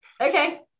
Okay